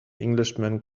englishman